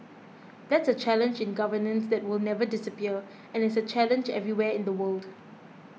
that's a challenge in governance that will never disappear and is a challenge everywhere in the world